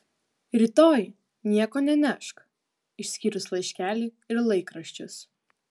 rytoj nieko nenešk išskyrus laiškelį ir laikraščius